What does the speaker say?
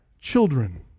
children